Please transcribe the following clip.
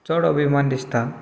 चड अभिमान दिसता